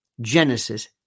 genesis